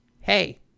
hey